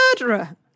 murderer